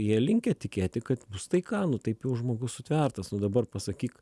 jie linkę tikėti kad bus taika nu taip jau žmogus sutvertas o dabar pasakyk